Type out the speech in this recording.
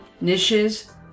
niches